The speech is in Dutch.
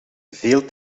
veel